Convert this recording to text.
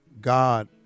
God